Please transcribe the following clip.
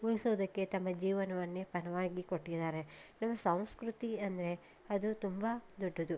ಉಳಿಸೋದಕ್ಕೆ ತಮ್ಮ ಜೀವನವನ್ನೇ ಪಣವಾಗಿ ಕೊಟ್ಟಿದ್ದಾರೆ ನಮ್ಮ ಸಂಸ್ಕೃತಿ ಅಂದರೆ ಅದು ತುಂಬ ದೊಡ್ಡದು